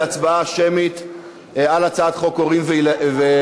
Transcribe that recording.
להצבעה שמית על הצעת חוק הורים וילדיהם.